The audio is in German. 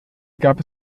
gab